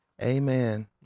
Amen